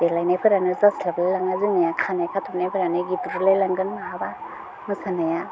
देलाइनायफोरानो जास्लाबलायलाङा जोंनिया खानाय खाथबनायफोरानो गब्रुलायलांगोन बहाबा मोसानाया